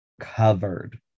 covered